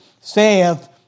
saith